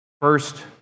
first